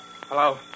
Hello